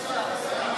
גם אני.